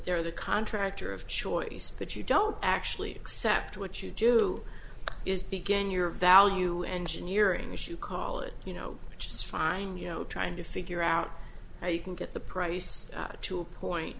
they're the contractor of choice but you don't actually except what you do is begin your value engineering issue call it you know which is fine you know trying to figure out how you can get the price to a point